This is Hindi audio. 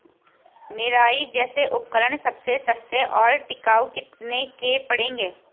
निराई जैसे उपकरण सबसे सस्ते और टिकाऊ कितने के पड़ेंगे?